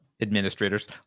administrators